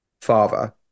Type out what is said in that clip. father